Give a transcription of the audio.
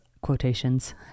quotations